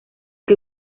que